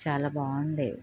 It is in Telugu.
చాలా బాగుండేవి